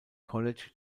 college